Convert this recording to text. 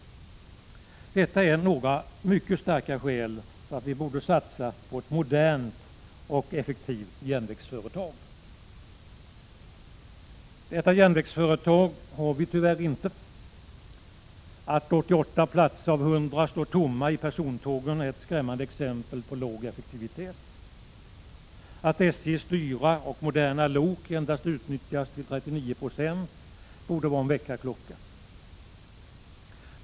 Detta är några mycket starka skäl för att vi borde satsa på ett modernt och effektivt järnvägsföretag. Detta järnvägsföretag har vi tyvärr inte. Att 88 platser av 100 står tomma i persontågen är ett skrämmande exempel på låg effektivitet. Att SJ:s dyra och moderna lok utnyttjas endast till 39 26 borde vara en väckarklocka.